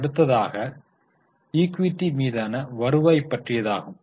அடுத்ததாக ஈக்விட்டி மீதான வருவாய் பற்றியதாகும்